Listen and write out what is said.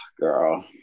girl